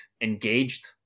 engaged